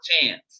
chance